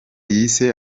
yise